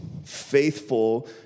faithful